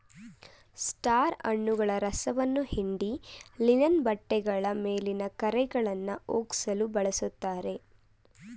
star ಹಣ್ಣುಗಳ ರಸವನ್ನ ಹಿಂಡಿ ಲಿನನ್ ಬಟ್ಟೆಗಳ ಮೇಲಿನ ಕರೆಗಳನ್ನಾ ಹೋಗ್ಸಲು ಬಳುಸ್ತಾರೆ